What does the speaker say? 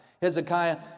Hezekiah